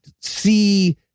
see